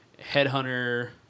headhunter